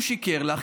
הוא שיקר לך,